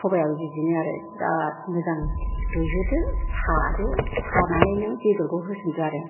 सबाइयाबो बिदिनो आरो बिराथ मोजां रुइहोदो सादो सानानै नों बेदरखौ होसनदो आरो